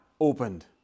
opened